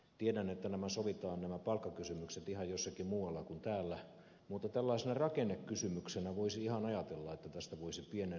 tiedän että nämä palkkakysymykset sovitaan ihan jossakin muualla kuin täällä mutta tällaisena rakennekysymyksenä voisi ihan ajatella että tästä voisi pienen suosituksen tehdä